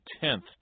tenth